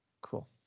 cool